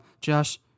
Josh